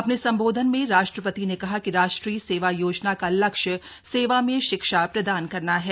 अपने संबोधन में राष्ट्रपति ने कहा कि राष्ट्रीय सेवा योजना का लक्ष्य सेवा से शिक्षा प्रदान करना है